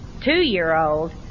two-year-old